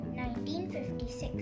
1956